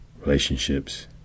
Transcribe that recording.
relationships